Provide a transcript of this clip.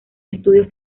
estudios